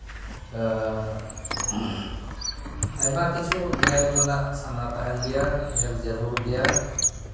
ᱟᱨ ᱟᱭᱢᱟ ᱠᱤᱪᱷᱩ ᱧᱮᱞ ᱨᱮᱱᱟᱜ ᱥᱟᱱᱟ ᱛᱟᱦᱮᱱ ᱜᱮᱭᱟ ᱧᱮᱞ ᱡᱟᱹᱨᱩᱲ ᱜᱮᱭᱟ